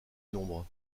nombre